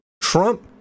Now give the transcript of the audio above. Trump